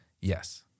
yes